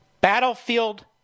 Battlefield